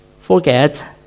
forget